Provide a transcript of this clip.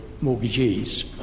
mortgagees